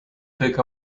take